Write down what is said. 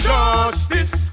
Justice